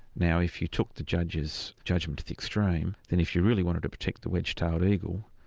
now if you took the judge's judgment to the extreme, then if you really wanted to protect the wedge-tailed eagle,